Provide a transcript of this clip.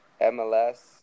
MLS